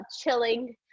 chilling